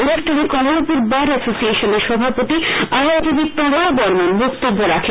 অনুষ্ঠানে কমলপুর বার এসোসিয়েশনের সভাপতি আইনজীবি তমাল বর্মন বক্তব্য রাখেন